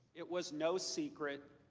it was no secret.